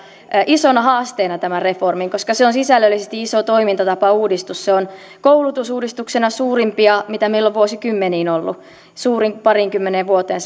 isona haasteena tämän reformin koska se on sisällöllisesti iso toimintatapauudistus se on koulutusuudistuksena suurimpia mitä meillä on vuosikymmeniin ollut suurin pariinkymmeneen vuoteen